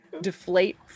deflate